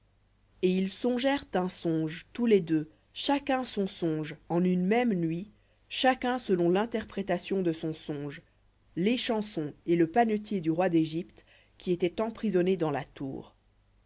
et ils songèrent un songe tous les deux chacun son songe en une même nuit chacun selon l'interprétation de son songe l'échanson et le panetier du roi d'égypte qui étaient emprisonnés dans la tour